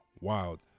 wild